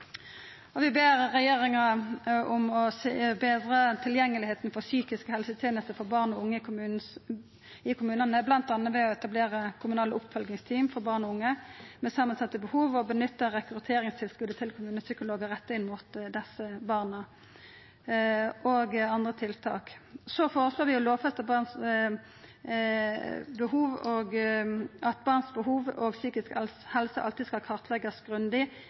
Og vi ber regjeringa om å betra tilgjenget til psykiske helsetenester for barn og unge i kommunane, bl.a. ved å etablera kommunale oppfølgingsteam for barn og unge med samansette behov og bruka rekrutteringstilskotet til kommunepsykologar retta inn mot desse barna – og andre tiltak. Vi føreslår å lovfesta at barns behov og psykiske helse alltid skal kartleggjast grundig